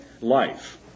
life